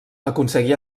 aconseguí